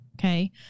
Okay